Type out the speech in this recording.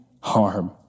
harm